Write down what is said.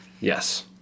Yes